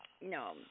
No